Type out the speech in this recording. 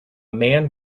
man